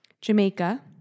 Jamaica